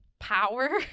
power